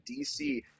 DC